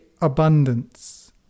abundance